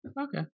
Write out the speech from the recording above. Okay